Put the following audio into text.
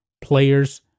players